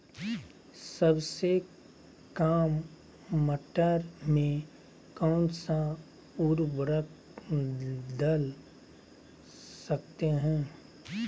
सबसे काम मटर में कौन सा ऊर्वरक दल सकते हैं?